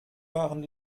waren